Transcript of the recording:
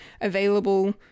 available